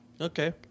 Okay